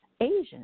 Asian